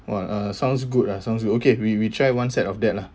!wah! uh sounds good ah sounds good okay we we try one set of that lah